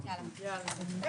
הישיבה נעולה.